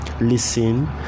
listen